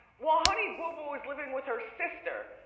well, honey boo boo is living with her sister,